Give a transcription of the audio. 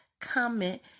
comment